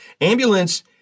Ambulance